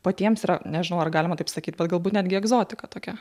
patiems yra nežinau ar galima taip sakyti bet galbūt netgi egzotika tokia